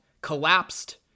collapsed